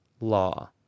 law